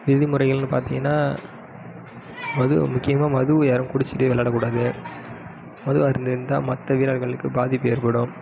விதி முறைகள்னு பார்த்தீங்கனா மது முக்கியமாக மது யாரும் குடிச்சுட்டு விளாட கூடாது மது அருந்தியிருந்தா மற்ற வீரர்களுக்கு பாதிப்பு ஏற்படும்